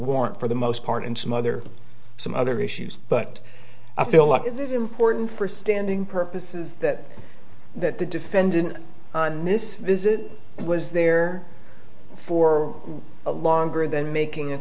warrant for the most part and some other some other issues but a fill up is important for standing purposes that that the defendant on this visit was there for a longer than making a